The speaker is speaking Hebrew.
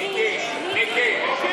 הודעה אישית.